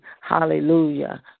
Hallelujah